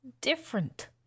different